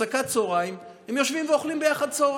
בהפסקת צוהריים הם יושבים ואוכלים ביחד צוהריים.